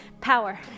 power